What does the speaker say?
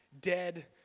dead